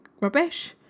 rubbish